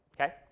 okay